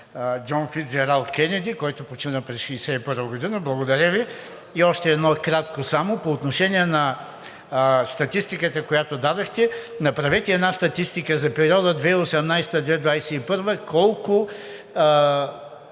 Джон Фицджералд Кенеди, който почина през 1961 г. Благодаря Ви. И още едно кратко – по отношение на статистиката, която дадохте, направете една статистика за периода 2018 – 2021 г. колко